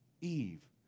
Eve